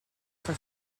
for